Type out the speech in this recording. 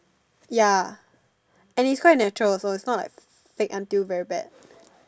ya and is quite natural also is not like fake until very bad